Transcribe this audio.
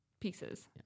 pieces